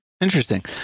Interesting